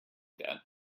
that